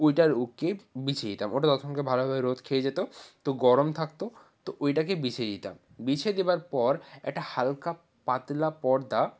ওইটার ওকে বিছিয়ে দিতাম ওটা ততক্ষণকে ভালোভাবে রোদ খেয়ে যেতো তো গরম থাকতো তো ওইটাকে বিছিয়ে দিতাম বিছিয়ে দেবার পর একটা হালকা পাতলা পর্দা